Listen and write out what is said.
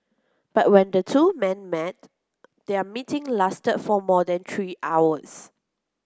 but when the two men met their meeting lasted for more than three hours